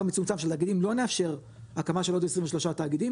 מצומצם של תאגידים לא נאפשר הקמה של עוד 23 תאגידים,